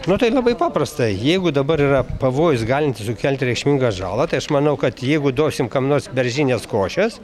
na tai labai paprasta jeigu dabar yra pavojus galintis sukelti reikšmingą žalą tai aš manau kad jeigu duosim kam nors beržinės košės